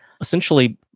essentially